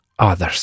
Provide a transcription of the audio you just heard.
Others